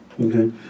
Okay